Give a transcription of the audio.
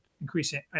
increasing